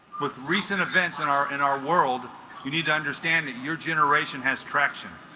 with recent events and our in our world you need to understand that your generation has traction